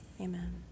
Amen